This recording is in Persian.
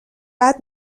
بعد